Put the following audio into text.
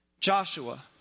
Joshua